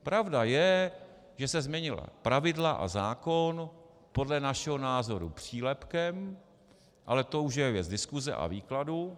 Pravda je, že se změnila pravidla a zákon podle našeho názoru přílepkem, ale to už je věc diskuse a výkladu.